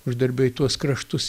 uždarbio į tuos kraštus